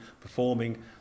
performing